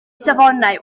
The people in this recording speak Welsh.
safonau